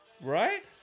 right